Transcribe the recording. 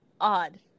odd